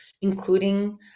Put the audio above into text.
including